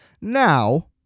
Now